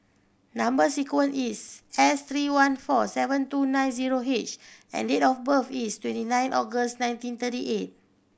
number sequence is S three one four seven two nine zero H and date of birth is twenty nine August nineteen thirty eight